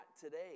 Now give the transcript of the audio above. today